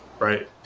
Right